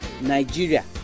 Nigeria